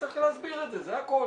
תצטרך להסביר את זה, זה הכל.